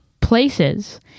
places